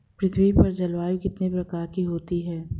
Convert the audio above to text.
पृथ्वी पर जलवायु कितने प्रकार की होती है?